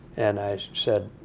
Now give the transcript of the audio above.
and i said,